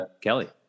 Kelly